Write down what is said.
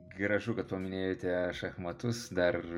gražu kad paminėjote šachmatus dar